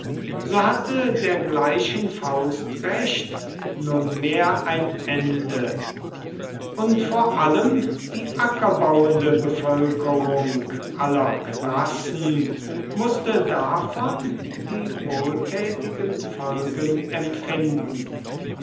so hatte dergleichen faustrecht nunmehr ein ende und vor allem die ackerbauende bevölkerung aller klassen mußte davon die wohltätigen folgen empfinden